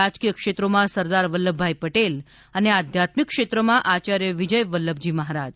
રાજકીય ક્ષેત્રોમાં સરદાર વલ્લભભાઈ પટેલ અને આધ્યાત્મિક ક્ષેત્રમાં આચાર્ય વિજય વલ્લભજી મહારાજ